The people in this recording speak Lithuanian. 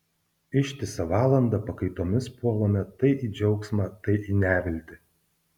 ištisą valandą pakaitomis puolame tai į džiaugsmą tai į neviltį